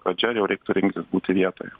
pradžia ir jau reiktų rinktis būti vietoje